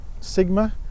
Sigma